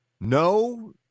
No